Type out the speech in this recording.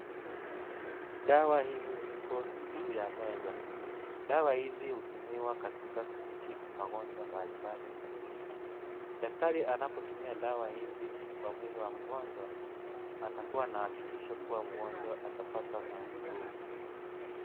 Dawa hizi ziko juu ya meza, dawa hizi hutumiwa katika kutibu magonjwa mbalimbali mwilini, daktari anapotumia dawa hizi kwa mwili wa mgonjwa, anakua na hakikisho kuwa mgonjwa atapata nafuu.